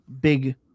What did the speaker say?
big